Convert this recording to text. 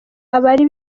abari